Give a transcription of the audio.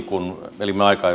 kun elimme aikaa